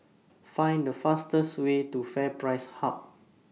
Find The fastest Way to FairPrice Hub